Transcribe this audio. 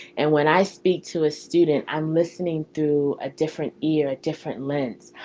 and when i speak to a student i'm listening through a different ear, a different lens.